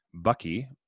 Bucky